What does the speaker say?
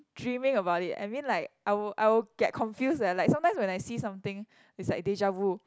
dreaming about it I mean like I will I will get confused eh like sometimes when I see something it's like deja-vu